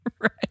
Right